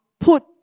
put